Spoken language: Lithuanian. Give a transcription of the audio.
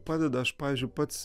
padeda aš pavyzdžiui pats